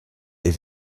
est